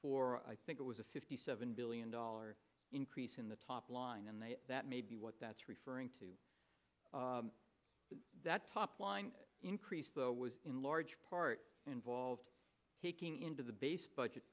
for i think it was a fifty seven billion dollars increase in the top line and that may be what that's referring to that top line increase though was in large part involved taking into the base budget